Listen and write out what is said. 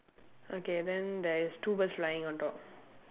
okay then there is two birds flying on top